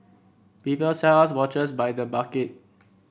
people sell us watches by the bucket